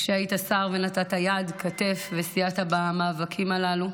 כשהיית שר, נתת יד, כתף, וסייעת במאבקים הללו,